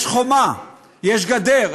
יש חומה, יש גדר.